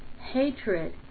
hatred